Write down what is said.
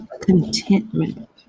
contentment